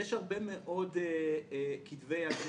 יש הרבה מאוד כתבי יד שנרכשו.